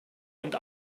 und